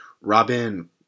Robin